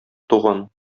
туган